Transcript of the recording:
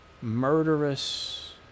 murderous